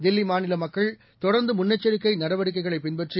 தில்லிமாநிலமக்கள் தொடர்ந்துமுன்னெச்சரிக்கைநடவடிக்கைகளைபின்பற்றி